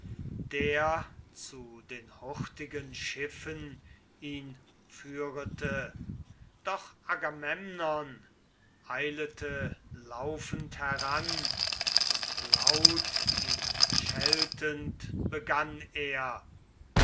der zu den hurtigen schiffen ihn führete doch agamemnon eilete laufend heran und laut ihn scheltend begann er